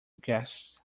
guests